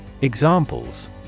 Examples